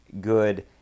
good